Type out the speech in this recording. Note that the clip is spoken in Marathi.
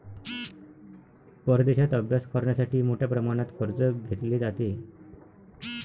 परदेशात अभ्यास करण्यासाठी मोठ्या प्रमाणात कर्ज घेतले जाते